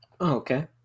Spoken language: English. okay